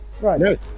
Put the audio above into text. right